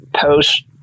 post